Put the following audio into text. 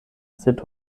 sed